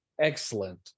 Excellent